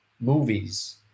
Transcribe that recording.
movies